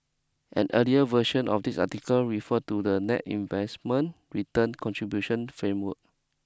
an earlier version of this article referred to the net investment return contribution framework